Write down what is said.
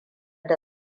da